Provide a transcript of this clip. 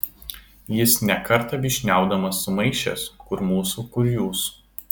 jis ne kartą vyšniaudamas sumaišęs kur mūsų kur jūsų